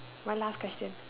one last question